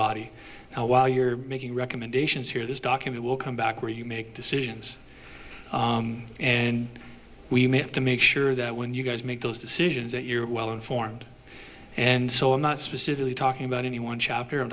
body and while you're making recommendations here this document will come back where you make decisions and we may have to make sure that when you guys make those decisions that you're well informed and so i'm not specifically talking about any one chapter